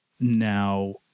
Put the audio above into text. Now